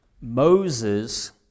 Moses